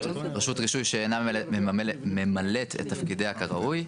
רישוי שאינה ממלאת את תפקידיה כראוי.